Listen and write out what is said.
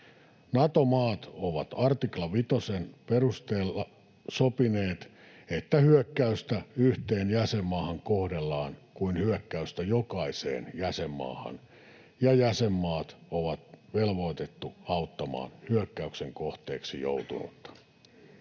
Nato-maat ovat 5 artiklan perusteella sopineet, että hyökkäystä yhteen jäsenmaahan kohdellaan kuin hyökkäystä jokaiseen jäsenmaahan, ja jäsenmaat ovat velvoitettuja auttamaan hyökkäyksen kohteeksi joutunutta.